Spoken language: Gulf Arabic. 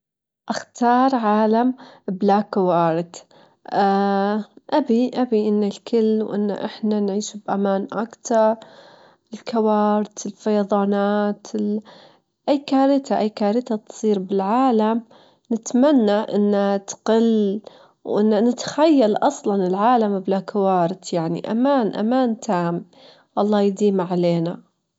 أول شي تتأكدين إذا Internet Modem شغال، تجربين تعيدين تشغيله إذا ما صار شي تتأكدين من Cable المتصل بModem، تجربين توصلي Intenet بالجهاز مباشرة، إذا كان WiFi مو شغال أتصلين بمزود الخدمة.